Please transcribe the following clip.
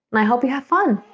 and i hope you have fun